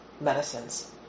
medicines